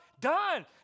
done